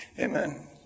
Amen